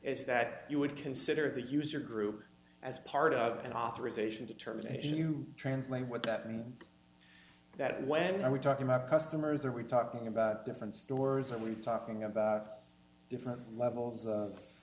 is that you would consider the user group as part of an authorization to terminate you translate what that means that when we talk about customers are we talking about different stores are we talking about different levels of